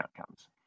outcomes